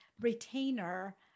retainer